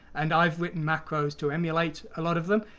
and i've written macros to emulate a lot of them.